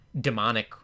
demonic